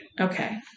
Okay